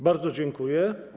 Bardzo dziękuję.